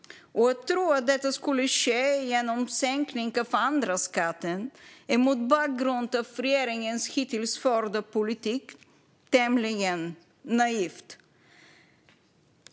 Att tro att det skulle ske genom sänkning av andra skatter är mot bakgrund av regeringens hittills förda politik tämligen naivt.